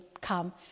come